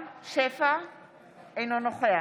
אינו נוכח